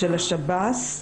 של השב"ס.